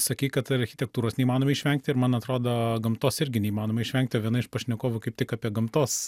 sakei kad architektūros neįmanoma išvengti ir man atrodo gamtos irgi neįmanoma išvengti o viena iš pašnekovų kaip tik apie gamtos